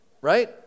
right